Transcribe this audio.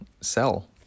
sell